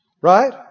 Right